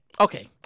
okay